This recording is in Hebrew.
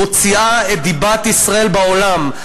מוציאה את דיבת ישראל בעולם.